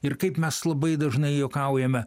ir kaip mes labai dažnai juokaujame